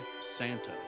Santa